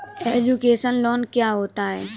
Education loan क्या होता है?